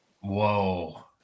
Whoa